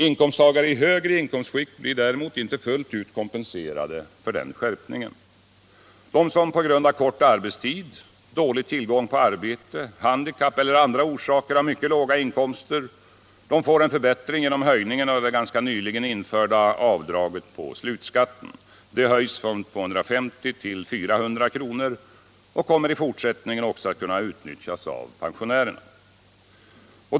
Inkomsttagare i högre inkomstskikt blir däremot inte fullt ut kompenserade för den skärpningen. De som på grund av kort arbetstid, dålig tillgång på arbete, handikapp eller andra orsaker har mycket låga inkomster får en förbättring genom höjningen av det ganska nyligen införda avdraget på slutskatten. Det höjs från 250 kr. till 400 kr. och kommer i fortsättningen också att kunna utnyttjas av pensionärer.